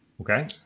Okay